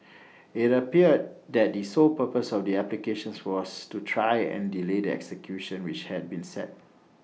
IT appeared that the sole purpose of the applications was to try and delay the execution which had been set